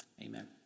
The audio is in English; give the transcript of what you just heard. Amen